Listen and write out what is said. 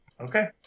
Okay